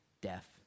deaf